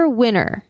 winner